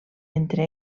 entre